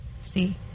See